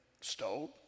stole